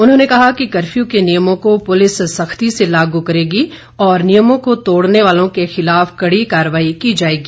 उन्होंने कहा कि कर्फ्यू के नियमों को पुलिस सख्ती से लागू करेगी और नियमों को तोड़ने वालों के खिलाफ कड़ी कारवाई की जाएगी